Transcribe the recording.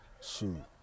Shoot